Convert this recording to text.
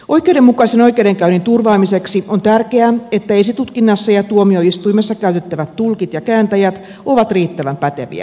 oikeudenmukaisen oikeudenkäynnin turvaamiseksi on tärkeää että esitutkinnassa ja tuomioistuimessa käytettävät tulkit ja kääntäjät ovat riittävän päteviä